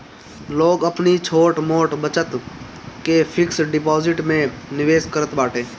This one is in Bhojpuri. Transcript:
लोग अपनी छोट मोट बचत के फिक्स डिपाजिट में निवेश करत बाटे